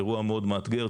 אירוע מאוד מאתגר.